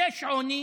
וכשיש עוני